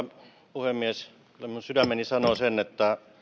puhemies sydämeni sanoo sen että